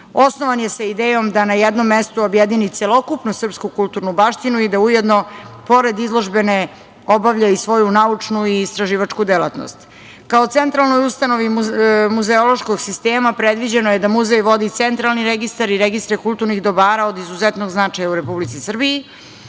Osnovan je sa idejom da na jednom mestu objedini celokupnu srpsku kulturnu baštinu i da ujedno pored izložbene obavlja i svoju naučnu i istraživačku delatnost. Kao centralnoj ustanovi muzeološkog sistema, predviđeno je da muzej vodi centralni registar i registre kulturnih dobara od izuzetnog značaja u Republici Srbiji,